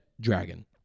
dragon